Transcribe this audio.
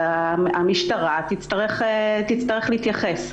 המשטרה תצטרך להתייחס.